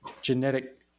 genetic